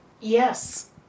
Yes